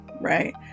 right